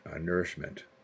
nourishment